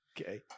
Okay